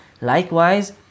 likewise